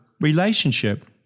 relationship